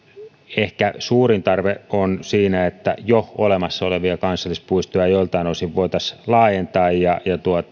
ehkä suurin tarve on siinä että jo olemassa olevia kansallispuistoja joiltain osin voitaisiin laajentaa ja